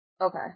Okay